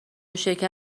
شکر